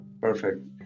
Perfect